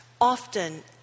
often